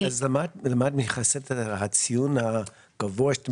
למה את מייחסת את הציון הגבוה שאתם